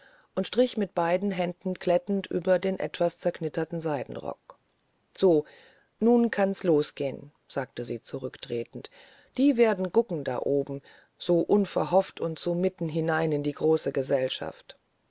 und strich mit beiden händen glättend über den etwas zerknitterten seidenrock so nun kann's losgehen sagte sie zurücktretend die werden gucken da oben so unverhofft und so mitten hinein in die große gesellschaft